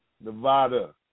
Nevada